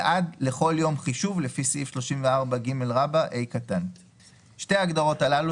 ועד לכל יום חישוב לפי סעיף 34ג(ה); בשתי ההגדרות האלו